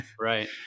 Right